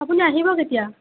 আপুনি আহিব কেতিয়া